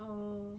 oh